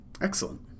Excellent